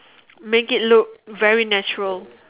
make it look very natural